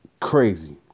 Crazy